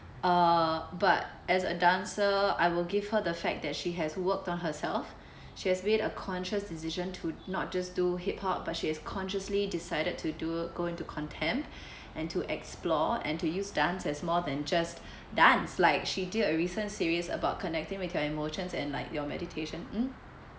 uh but as a dancer I will give her the fact that she has worked on herself she has made a conscious decision to not just do hip hop but she's consciously decided to do go into contemp~ and to explore and to use dance as more than just dance like she did a recent series about connecting with your emotions and like your meditation mm